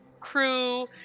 crew